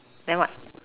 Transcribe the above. then what